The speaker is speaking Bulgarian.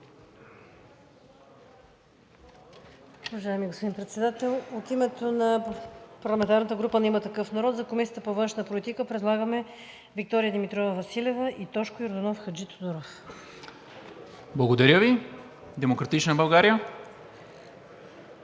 Благодаря. От „Демократична България“?